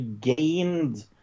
gained